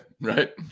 right